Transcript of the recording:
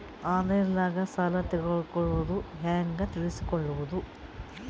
ಆನ್ಲೈನಾಗ ಸಾಲ ತಗೊಳ್ಳೋದು ಹ್ಯಾಂಗ್ ತಿಳಕೊಳ್ಳುವುದು?